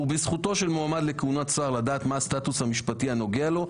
ובזכותו של מועמד לכהונת שר לדעת מה הסטאטוס המשפטי הנוגע לו,